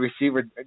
receiver